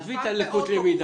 עזבי את לקויי הלמידה.